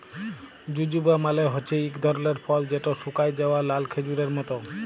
জুজুবা মালে হছে ইক ধরলের ফল যেট শুকাঁয় যাউয়া লাল খেজুরের মত